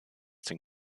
den